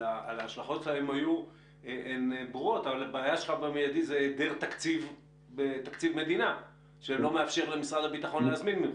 היא היעדר תקציב מדינה שלא מאפשר למשרד הביטחון להזמין ממך.